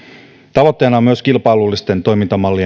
tavoitteena on myös kilpailullisten toimintamallien